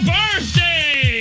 birthday